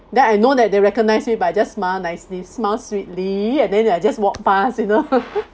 then I know that they recognise me but I just smile nicely smile sweetly and then I just walk past you know